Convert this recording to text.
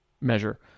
measure